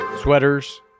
sweaters